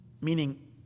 meaning